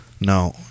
No